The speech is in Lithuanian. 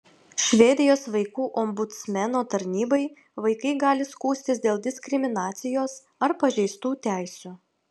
švedijos vaikų ombudsmeno tarnybai vaikai gali skųstis dėl diskriminacijos ar pažeistų teisių